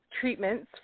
Treatments